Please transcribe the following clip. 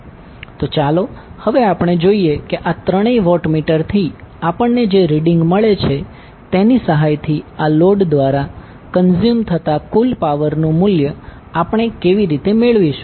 તો ચાલો હવે આપણે જોઈએ કે આ ત્રણેય વોટમીટરથી આપણને જે રીડીંગ મળે છે તેની સહાયથી આ લોડ દ્વારા કનઝ્યુમ થતા કુલ પાવરનું મૂલ્ય આપણે કેવી રીતે મેળવીશું